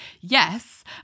yes